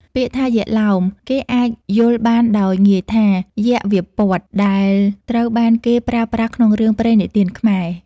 ពាក្យថា "យក្ខឡោម" គេអាចយល់បានដោយងាយថា "យក្ខវាព័ទ្ធ" ដែលត្រូវបានគេប្រើប្រាស់ក្នុងរឿងព្រេងនិទានខ្មែរ។